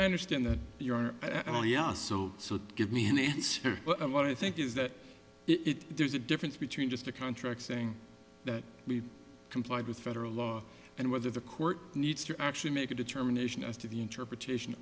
understand that you are al yeah so so give me an answer but what i think is that it there's a difference between just a contract saying that we complied with federal law and whether the court needs to actually make a determination as to the interpretation